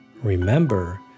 Remember